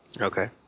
Okay